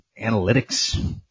analytics